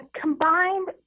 combined